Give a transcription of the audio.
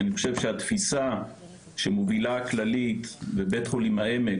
אני חושב שהתפיסה שמובילה הכללית בבית חולים העמק,